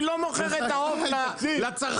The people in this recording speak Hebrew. אני לא מוכר את העוף לצרכן,